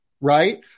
right